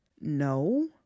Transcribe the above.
No